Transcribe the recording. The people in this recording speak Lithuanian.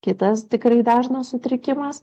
kitas tikrai dažnas sutrikimas